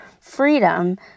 freedom